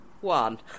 One